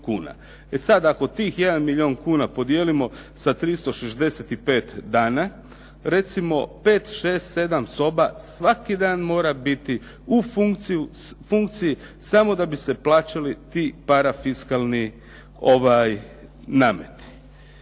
E sad, ako tih 1 milijun kuna podijelimo sa 365 dana recimo 5, 6, 7 soba svaki dan mora biti u funkciji samo da bi se plaćali ti parafiskalni nameti.